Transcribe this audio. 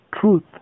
Truth